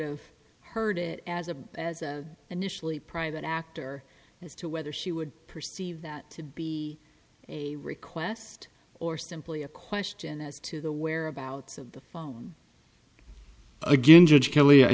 have heard it as a initially private actor as to whether she would perceive that would be a request or simply a question as to the whereabouts of the well again judge kelly i